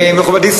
מכובדי,